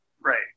Right